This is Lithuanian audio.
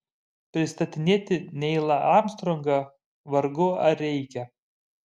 pristatinėti neilą armstrongą vargu ar reikia